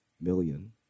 million